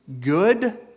good